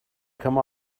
come